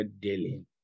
daily